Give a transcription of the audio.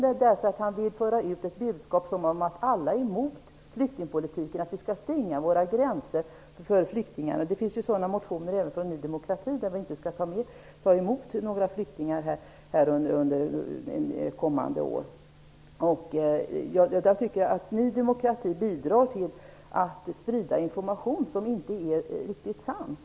Jo, därför att han vill föra ut budskapet att alla är emot flyktingpolitiken och vill att vi skall stänga våra gränser för flyktingarna. Det finns motioner även från Ny demokrati som går ut på att vi inte skall ta emot några flyktingar under kommande år. Jag tycker att Ny demokrati bidrar till att sprida information som inte är riktigt sann.